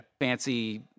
fancy